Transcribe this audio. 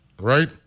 right